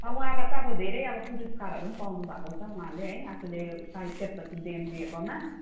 अब उहाँलाई त अब धेरै अब पुरस्कारहरू पनि पाउनु भएको छ उहाँले है आफूले साहित्यप्रति देन दिएकोमा